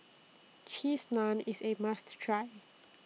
Cheese Naan IS A must Try